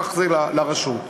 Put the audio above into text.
כך זה באשר לרשות.